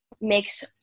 makes